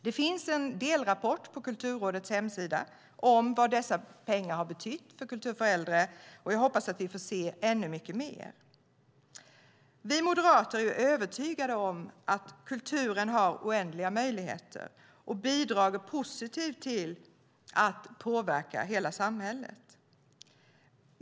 Det finns en delrapport på Kulturrådets hemsida om vad dessa pengar har betytt för kultur för äldre. Jag hoppas att vi får se mycket mer. Vi moderater är övertygade om att kulturen har oändliga möjligheter och bidrar positivt till att påverka hela samhället.